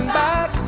back